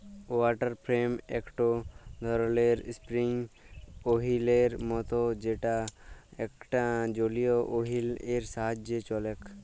water frame একটো ধরণের spinning ওহীলের মত যেটা একটা জলীয় ওহীল এর সাহায্যে চলেক